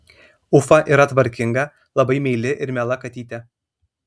ufa yra tvarkinga labai meili ir miela katytė